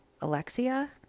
Alexia